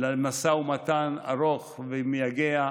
משא ומתן ארוך ומייגע.